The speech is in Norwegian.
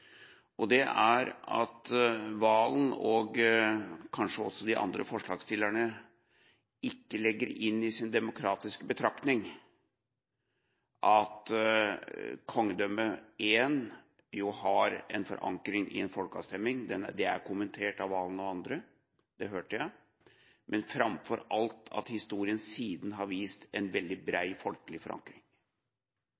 det er at Serigstad Valen, og kanskje også de andre forslagsstillerne, ikke legger inn i sin demokratiske betraktning at kongedømmet har en forankring i en folkeavstemning – det er kommentert av Serigstad Valen og andre, det hørte jeg – men framfor alt at historien siden har vist en veldig